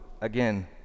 again